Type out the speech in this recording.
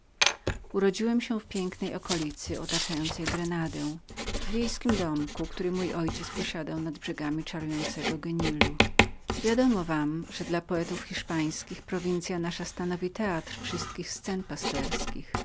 urodziłem się w pięknej okolicy otaczającej grenadę w wiejskim domku który mój ojciec posiadał nad brzegami czarującego prenilu wiadomo wam że poeci hiszpańscy umieszczają w naszej prowincyi teatr wszystkich scen pasterskich